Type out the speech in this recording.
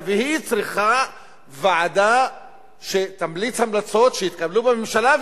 והיא צריכה ועדה שתמליץ המלצות שיתקבלו בממשלה,